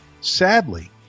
sadly